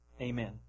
Amen